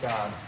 God